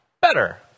better